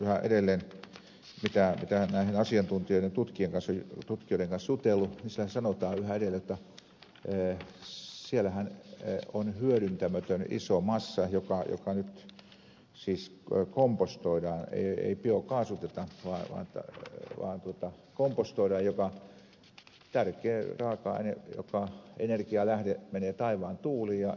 mitä näiden asiantuntijoiden ja tutkijoiden kanssa on jutellut niin siellä sanotaan yhä edelleen jotta siellähän on hyödyntämätön iso massa joka nyt siis kompostoidaan ei biokaasuteta vaan kompostoidaan jolloin tärkeä raaka aine energialähde menee taivaan tuuliin